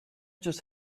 just